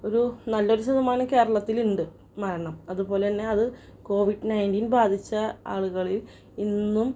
ഒരു നല്ലൊരു ശതമാനം കേരളത്തിലുണ്ട് മരണം അതു പോലെ തന്നെ അതു കോവിഡ് നയൻറ്റീൻ ബാധിച്ച ആളുകളിൽ ഇന്നും